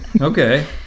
Okay